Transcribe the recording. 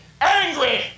angry